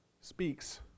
speaks